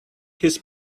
his